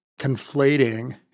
conflating